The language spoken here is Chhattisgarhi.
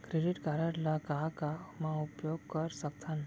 क्रेडिट कारड ला का का मा उपयोग कर सकथन?